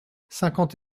cinquante